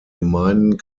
gemeinden